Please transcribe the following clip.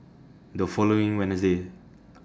The following Wednesday